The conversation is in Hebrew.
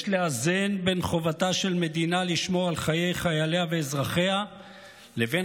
יש לאזן בין חובתה של מדינה לשמור על חיי חייליה ואזרחיה לבין